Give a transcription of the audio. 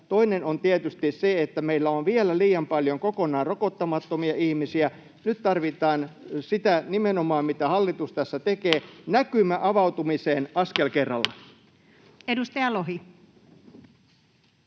Toinen on tietysti se, että meillä on vielä liian paljon kokonaan rokottamattomia ihmisiä. Nyt tarvitaan nimenomaan sitä, mitä hallitus tässä tekee: näkymää avautumiseen askel kerrallaan.